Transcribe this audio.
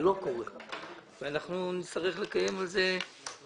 זה לא קורה ואנחנו נצטרך לקיים על כך דיון רציני,